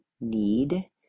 need